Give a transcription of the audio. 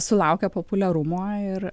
sulaukia populiarumo ir